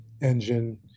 engine